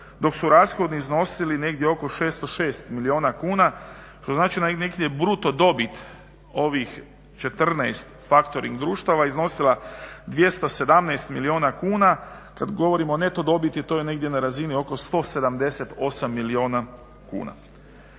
dok su rashodi iznosili negdje oko 606 milijuna kuna, što znači da bi bruto dobit ovih 14 factoring društava iznosila 217 milijuna kuna, kada govorimo o neto dobiti to je negdje na razini oko 178 milijuna kuna.